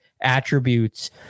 attributes